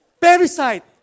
Parasite